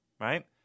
right